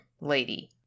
lady